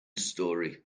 story